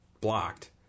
blocked